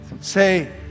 Say